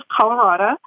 Colorado